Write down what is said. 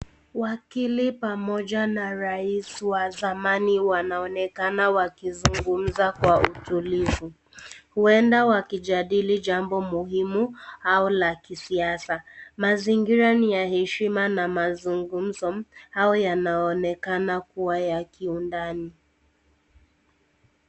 Wakili pamoja na rais wa zamani wanaonekana wakizungumza kwa utulivu, huenda wakijadili jambo muhimu au la kisiasa. Mazingira ni ya heshima na mazungumzo, au yanaonekana kua ya kindani.